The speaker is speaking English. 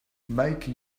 make